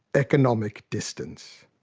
economic distance.